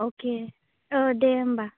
अके दे होनबा